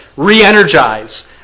re-energize